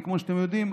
כי כמו שאתם יודעים,